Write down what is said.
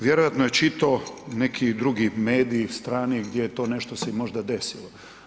Vjerojatno je čitao neki drugi medij strani gdje je to nešto se možda i desilo.